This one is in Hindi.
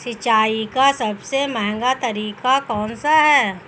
सिंचाई का सबसे महंगा तरीका कौन सा है?